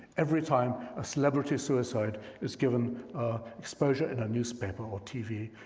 every time a celebrity suicide is given exposure in a newspaper or tv,